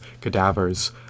cadavers